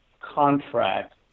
contract